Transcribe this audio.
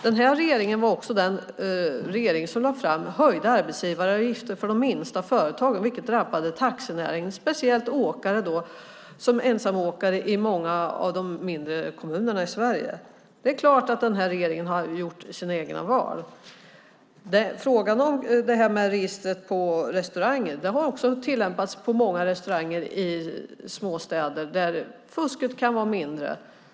Denna regering var också den regering som lade fram höjda arbetsgivaravgifter för de minsta företagen, vilket drabbade taxinäringen - speciellt ensamåkare i många av de mindre kommunerna i Sverige. Det är klart att denna regering har gjort sina egna val. Register på restauranger har också tillämpats på många restauranger i små städer där fusket kan vara mindre.